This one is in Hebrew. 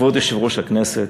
כבוד יושב-ראש הכנסת,